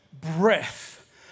breath